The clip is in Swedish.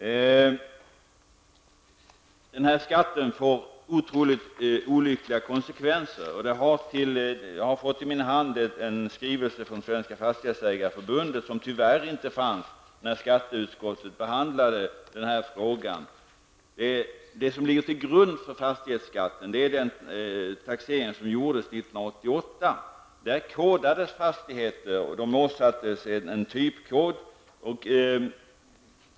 Den här skatten får otroligt olyckliga konsekvenser. Jag har fått i min hand en skrivelse från Svenska Fastighetsägareförbundet, vilken tyvärr inte fanns när skatteutskottet behandlade den här frågan. Det som ligger till grund för fastighetsskatten är den taxering som gjordes 1988. Då kodades fastigheterna och åsattes en typkod.